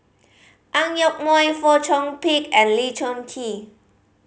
Ang Yoke Mooi Fong Chong Pik and Lee Choon Kee